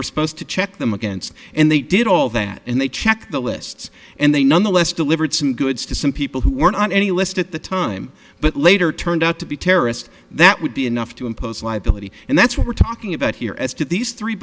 were supposed to check them against and they did all that and they checked the lists and they nonetheless delivered some goods to some people who weren't on any list at the time but later turned out to be terrorists that would be enough to impose liability and that's what we're talking about here as to these three